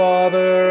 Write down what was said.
Father